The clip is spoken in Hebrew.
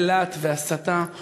אז הנושא יועבר לוועדת החינוך.